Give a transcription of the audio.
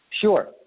Sure